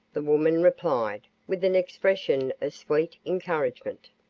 the woman replied, with an expression of sweet encouragement.